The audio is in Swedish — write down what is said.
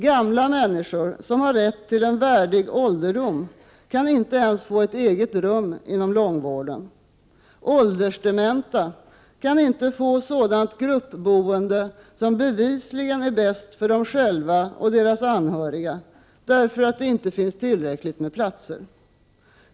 Gamla människor som har rätt till en värdig ålderdom kan inte ens få ett eget rum inom långvården. Åldersdementa kan inte få sådant gruppboende som bevisligen är bäst för dem själva och deras anhöriga, därför att det inte finns tillräckligt med platser.